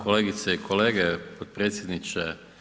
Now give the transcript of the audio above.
Kolegice i kolege, potpredsjedniče.